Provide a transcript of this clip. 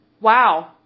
Wow